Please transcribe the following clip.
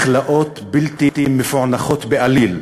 אלה הכלאות בלתי מפוענחות בעליל,